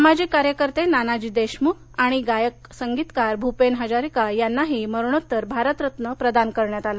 सामाजिक कार्यकर्ते नानाजी देशमुख आणि गायक संगीतकार भूपेन हजारिका यांनाही मरणोत्तर भारतरत्न प्रदान करण्यात आला